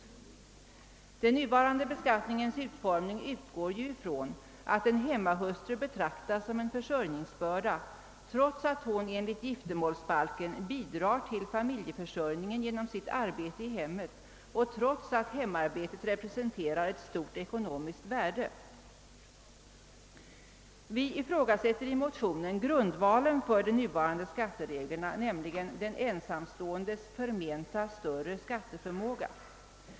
Vid den nuvarande beskattningens utformning har man utgått ifrån att en hemmafru är en försörjningsbörda, trots att hon enligt giftermålsbalken bidrar till familjeförsörjningen genom sitt arbete i hemmet och trots att hemmaarbetet representerar ett stort ekonomiskt värde. Vi ifrågasätter i motionen grundvalen för de nuvarande skattereglerna, nämligen den ensamståendes förmenta större skatteförmåga.